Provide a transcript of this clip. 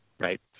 Right